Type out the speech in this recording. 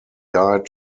guide